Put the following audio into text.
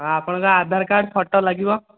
ଆପଣଙ୍କ Aadhaar card photo ଲାଗିବ